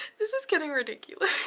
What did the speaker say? this is getting ridiculous